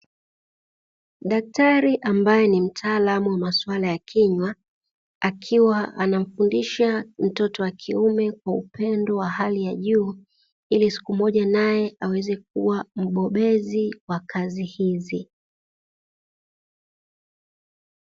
Daktari ambaye ni mtaalamu wa masuala ya kinywa, akiwa anamfundisha kwa upendo mtoto wakiume, ili siku moja awe mbobezi wa kazi hizi.